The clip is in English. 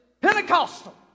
Pentecostal